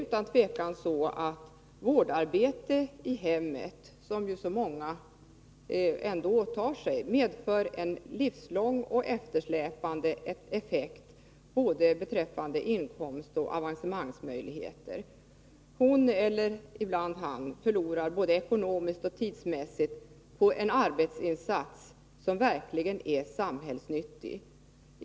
Utan tvivel medför vårdarbete i hemmet — som så många ändå åtar sig — en livslång och eftersläpande effekt beträffande både inkomst och avancemangsmöjligheter. Hon — eller ibland han — förlorar både ekonomiskt och tidsmässigt på en arbetsinsats som verkligen är samhällsnyttig.